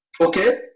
okay